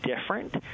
different